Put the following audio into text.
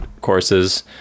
courses